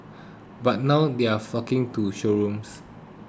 but now they are flocking to showrooms